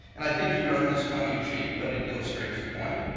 and i think he wrote this tongue in cheek, but it illustrates a point.